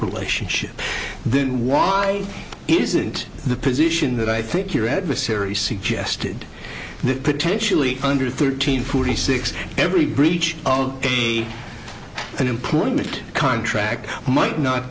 relationship then why isn't the position that i think your adversary suggested that potentially under thirteen forty six every breach of the an employment contract might not